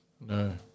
no